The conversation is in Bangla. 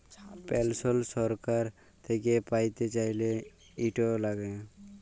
পেলসল ছরকার থ্যাইকে প্যাইতে চাইলে, ইট ল্যাগে